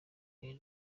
uyu